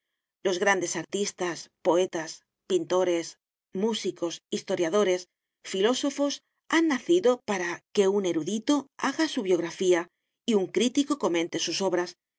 los grandes artistas poetas pintores músicos historiadores filósofos han nacido para que un erudito haga su biografía y un crítico comente sus obras